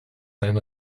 sein